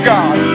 God